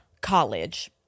college